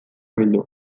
bildu